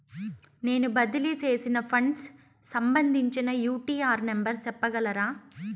నేను బదిలీ సేసిన ఫండ్స్ సంబంధించిన యూ.టీ.ఆర్ నెంబర్ సెప్పగలరా